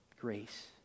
grace